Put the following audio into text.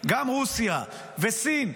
גם רוסיה וסין.